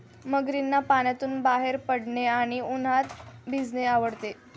मगरींना पाण्यातून बाहेर पडणे आणि उन्हात भिजणे आवडते